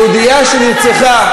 בהתיישבות תקוע, שם נרצחה,